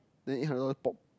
then eight hundred dollar pop